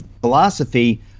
philosophy